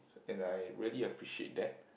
and I really appreciate that